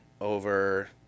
over